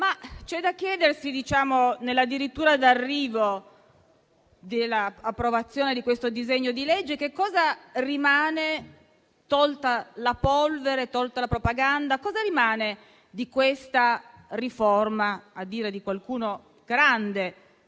c'è da chiedersi, in dirittura d'arrivo dell'approvazione di questo disegno di legge, che cosa rimane, tolta la polvere, tolta la propaganda, di questa riforma, a dire di qualcuno grande